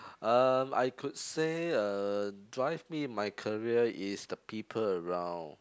um I could say uh drive me my career is the people around